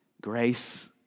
grace